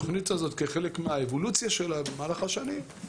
ב-2014 הרחבנו את התוכנית לכרך.